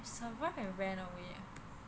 survived and ran away ah